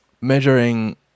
measuring